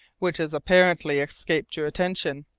which has apparently escaped your attention.